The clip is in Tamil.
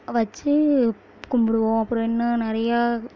வச்சு கும்பிடுவோம் அப்புறோம் இன்னும் நிறையா